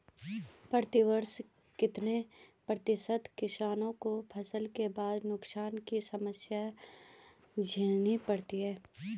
प्रतिवर्ष कितने प्रतिशत किसानों को फसल के बाद नुकसान की समस्या झेलनी पड़ती है?